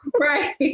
Right